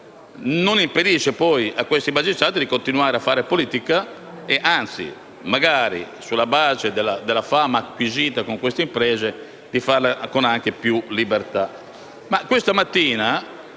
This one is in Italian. non impedisce a questi magistrati di continuare a fare politica e, anzi, sulla base della fama acquisita con queste imprese, di farla magari anche con più libertà.